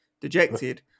Dejected